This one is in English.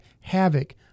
havoc